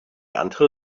until